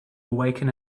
awaken